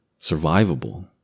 survivable